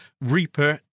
Reaper